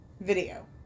Video